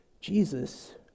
Jesus